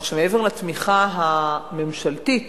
כך שמעבר לתמיכה הממשלתית,